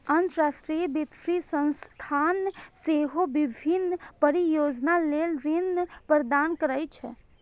अंतरराष्ट्रीय वित्तीय संस्थान सेहो विभिन्न परियोजना लेल ऋण प्रदान करै छै